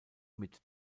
mit